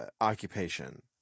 occupation